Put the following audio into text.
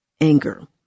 anger